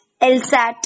LSAT